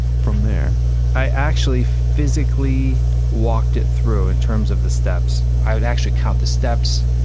from there i actually physically walked it through in terms of the steps. i would actually count the steps,